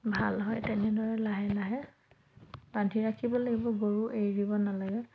ভাল হয় তেনেদৰে লাহে লাহে বান্ধি ৰাখিব লাগিব গৰু এৰি দিব নালাগে